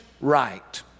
right